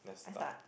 I start